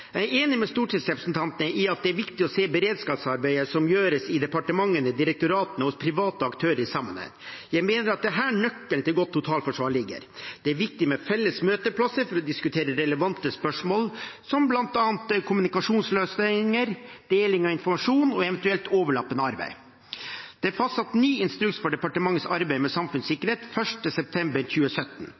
Jeg er enig med stortingsrepresentantene i at det er viktig å se beredskapsarbeidet som gjøres i departementene, i direktoratene og hos private aktører, i sammenheng. Jeg mener at det er her nøkkelen til godt totalforsvar ligger. Det er viktig med felles møteplasser for å diskutere relevante spørsmål, som bl.a. kommunikasjonsløsninger, deling av informasjon og eventuelt overlappende arbeid. Det ble fastsatt ny instruks for departementenes arbeid med samfunnssikkerhet 1. september 2017.